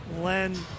Len